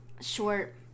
short